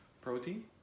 protein